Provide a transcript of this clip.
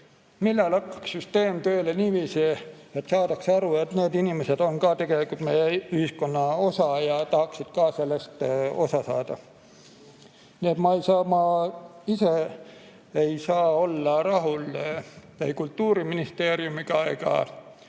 Millal hakkab süsteem tööle niiviisi, et saadakse aru, et need inimesed on ka tegelikult meie ühiskonna osa ja tahaksid ka sellest osa saada? Nii et ma ise ei saa olla rahul ei Kultuuriministeeriumiga ega